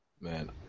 Man